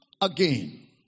again